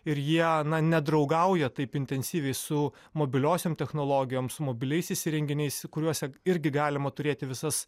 ir jie nedraugauja taip intensyviai su mobiliosiom technologijom mobiliaisiais įrenginiais kuriuose irgi galima turėti visas